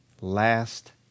last